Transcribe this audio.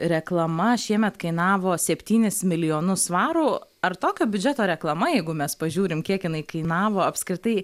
reklama šiemet kainavo septynis milijonus svarų ar tokio biudžeto reklama jeigu mes pažiūrim kiek jinai kainavo apskritai